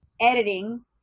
editing